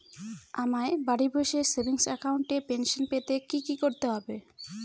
আমায় বাড়ি বসে সেভিংস অ্যাকাউন্টে পেনশন পেতে কি কি করতে হবে?